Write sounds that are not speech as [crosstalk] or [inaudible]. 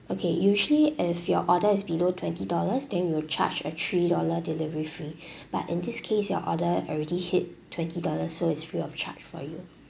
okay usually if your order is below twenty dollars then we'll charge a three dollar delivery fee [breath] but in this case your order already hit twenty dollars so it's free of charge for you